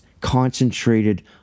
concentrated